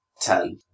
Ten